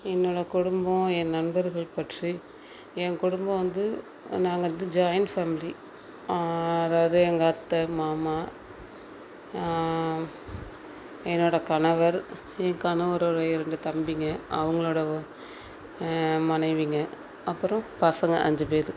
என்னோடய குடும்பம் என் நண்பர்கள் பற்றி என் குடும்பம் வந்து நாங்கள் ஜாயின்ட் ஃபேம்லி அதாவது எங்கள் அத்தை மாமா என்னோடய கணவர் என் கணவருடைய ரெண்டு தம்பிங்க அவர்களோட மனைவிங்க அப்புறம் பசங்க அஞ்சு பேர்